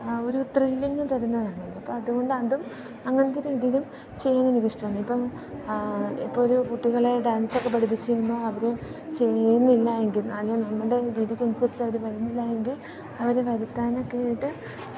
ആ ഒരു ത്രില്ലിങ്ങ് തരുന്നതാണല്ലോ അപ്പം അതുകൊണ്ട് അതും അങ്ങനെത്തെ രീതിയിലും ചെയ്യുന്നത് എനിക്കിഷ്ടമാണ് ഇപ്പം ഇപ്പോൾ ഒരു കുട്ടികളെ ഡാൻസ് ഒക്കെ പഠിപ്പിച്ച് കഴിയുമ്പോൾ അവർ ചെയ്യുന്നില്ലായെങ്കിൽ അല്ലേ നമ്മുടെ രീതിക്കനുസരിച്ച് അവർ വരുന്നില്ലായെങ്കിൽ അവരെ വരുത്താനൊക്കെയായിട്ട്